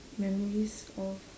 memories of